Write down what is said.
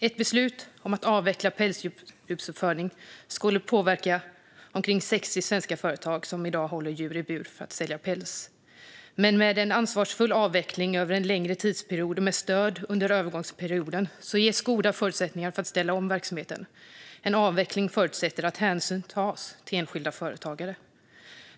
Ett beslut om att avveckla pälsdjursuppfödningen skulle påverka de omkring 60 svenska företag som i dag håller djur i bur för att sälja päls. Men med en ansvarsfull avveckling över en längre tidsperiod och med stöd under övergångsperioden ges goda förutsättningar för att ställa om verksamheten. En avveckling förutsätter att hänsyn tas till enskilda företagare.